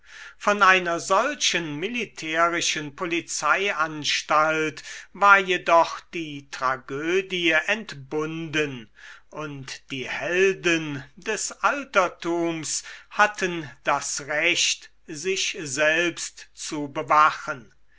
von einer solchen militärischen polizeianstalt war jedoch die tragödie entbunden und die helden des altertums hatten das recht sich selbst zu bewachen